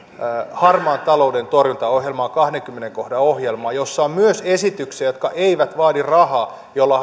harmaan talouden torjuntaohjelmaa kahdennenkymmenennen kohdan ohjelmaa jossa on myös esityksiä jotka eivät vaadi rahaa jolla